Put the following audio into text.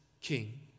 king